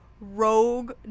rogue